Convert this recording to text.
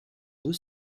deux